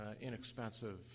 inexpensive